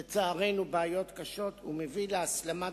לצערנו, בעיות קשות ומביא להסלמת